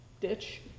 ditch